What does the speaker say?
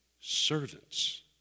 servants